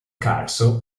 carso